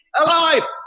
alive